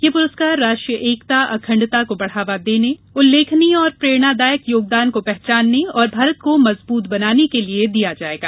यह पुरस्कार राष्ट्रीय एकता अखण्डता को बढ़ावा देने उल्लेखनीय एवं प्रेरणादायक योगदान को पहचानने और भारत को मजबूत बनाने के लिये दिया जायेगा